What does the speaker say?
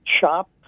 shop